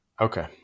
Okay